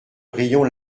rayon